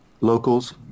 locals